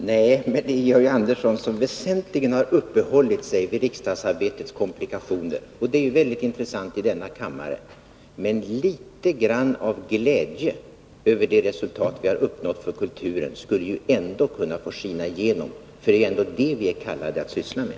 Herr talman! Det är huvudsakligen Georg Andersson som har uppehållit sig vid riksdagsarbetets komplikationer, och det är väldigt intressant. Men litet grand av glädje över det resultat som vi har uppnått beträffande kulturen skulle väl ändå kunna få skina igenom. Det är ju det vi till sist är kallade att syssla med.